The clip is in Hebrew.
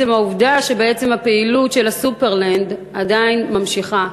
העובדה שבעצם הפעילות של ה"סופרלנד" עדיין ממשיכה.